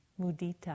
mudita